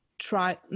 try